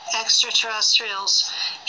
extraterrestrials